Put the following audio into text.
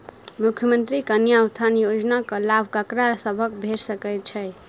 मुख्यमंत्री कन्या उत्थान योजना कऽ लाभ ककरा सभक भेट सकय छई?